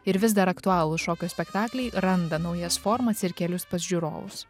ir vis dar aktualūs šokio spektakliai randa naujas formas ir kelius pas žiūrovus